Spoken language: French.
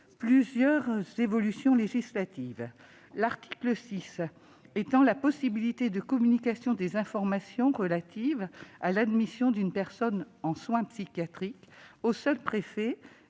Plusieurs évolutions législatives sont à l'oeuvre. L'article 6 étend la possibilité de communication des informations relatives à l'admission d'une personne en soins psychiatriques aux seuls préfets